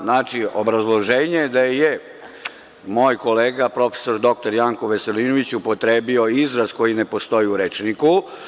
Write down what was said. Znači, obrazloženje je da je moj kolega prof. dr Janko Veselinović upotrebio izraz koji ne postoji u rečniku.